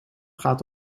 gaat